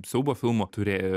siaubo filmo turė